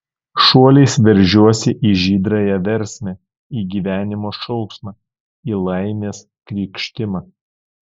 šuoliais veržiuosi į žydrąją versmę į gyvenimo šauksmą į laimės krykštimą